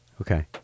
Okay